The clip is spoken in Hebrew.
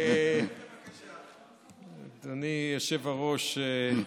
אדוני היושב-ראש,